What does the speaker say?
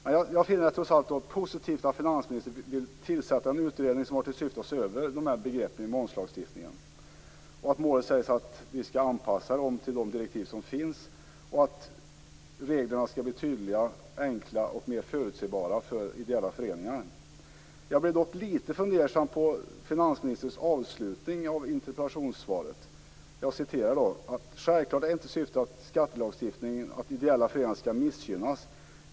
Men jag finner det som sagt var positivt att finansministern vill tillsätta en utredning som har till syfte att se över de här begreppen i momslagstiftningen och att målet sägs vara att vi skall anpassa dem till de direktiv som finns samt att reglerna skall bli tydliga, enkla och mer förutsebara för ideella föreningar. Jag blev dock lite fundersam på finansministerns avslutning av interpellationssvaret: "- är självklart inte syftet med skattelagstiftningen att ideella föreningar skall missgynnas.